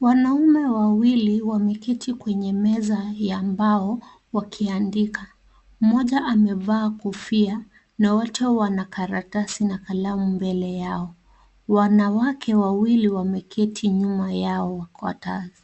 Wanaume wawili wameketi kwenye meza ya mbao wakiandika, mmoja amevaa kofia na wote wana karatasi na kalamu mbele yao, wanawake wawili wameketi nyuma yao